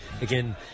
again